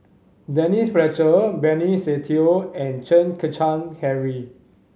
Denise Fletcher Benny Se Teo and Chen Kezhan Henri